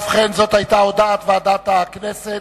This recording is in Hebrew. ובכן, זאת היתה הודעת ועדת הכנסת,